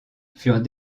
furent